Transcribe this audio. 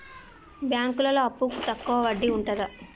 బ్యాంకులలో అప్పుకు తక్కువ వడ్డీ ఉంటదా?